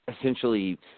essentially